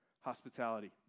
hospitality